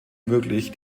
möglich